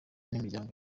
n’imiryango